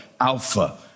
Alpha